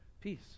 Peace